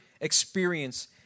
experience